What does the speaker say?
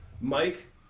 Mike